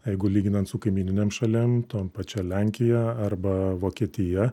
jeigu lyginant su kaimyninėm šalim tom pačia lenkija arba vokietija